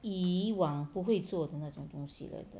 以往不会做的那种东西来的